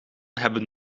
hebben